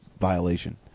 violation